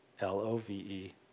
L-O-V-E